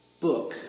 book